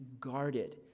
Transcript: guarded